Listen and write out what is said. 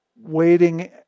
waiting